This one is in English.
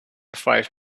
five